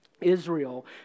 Israel